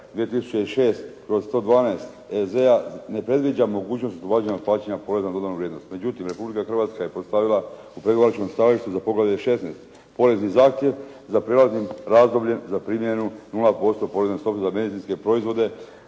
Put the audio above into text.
2006/112 EZ-a ne predviđa mogućnost oslobađanja plaćanja poreza na dodanu vrijednost. Međutim, Republika Hrvatska je postavila u pregovaračkom stajalištu za poglavlje 16.-Porezi zahtjeva za prijelaznim razdobljem za primjenu 0% poreza za medicinske proizvode,